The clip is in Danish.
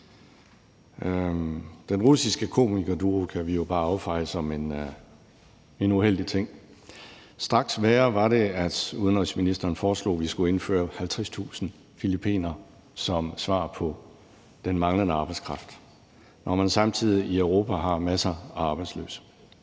Den russiske komikerduo kan vi jo affeje som en uheldig ting. Straks værre var det, at udenrigsministeren foreslog, vi skulle indføre 50.000 filippinere som svar på den manglende arbejdskraft, når man samtidig i Europa har masser af arbejdsløse.